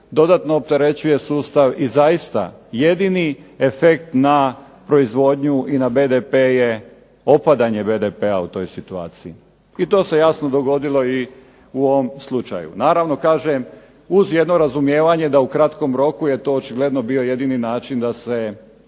dodatno opterećuje sustav i zaista jedini efekt na proizvodnju i na BDP je opadanje BDP-a u toj situaciji, i to se jasno dogodilo i u ovom slučaju. Naravno kažem uz jednom razumijevanje da u kratkom roku, jer je to očigledno bio jedini način da se